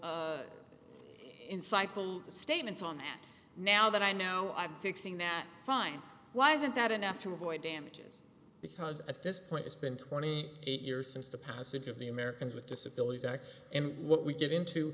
insightful statements on that now that i know i'm fixing that fine why isn't that enough to avoid damages because at this point it's been twenty eight years since the passage of the americans with disabilities act and what we get into